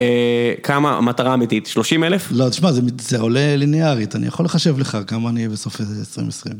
כמה המטרה האמיתית? 30 אלף? לא, תשמע, זה עולה ליניארית, אני יכול לחשב לך כמה אני אהיה בסוף אה... 2020.